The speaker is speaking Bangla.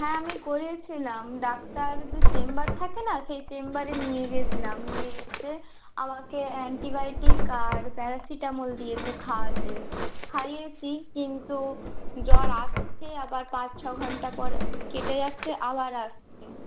হ্যাঁ আমি করিয়েছিলাম ডাক্তার যে চেম্বার থাকে না সেই চেম্বারে নিয়ে গেছিলাম নিয়ে যেতে আমাকে অ্যান্টিবায়োটিক আর প্যারাসিটামল দিয়েছে খাওয়াতে খাইয়েছি কিন্তু জ্বর আসছে আবার পাঁচ ছ ঘন্টা পরে কেটে যাচ্ছে আবার আসছে